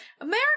America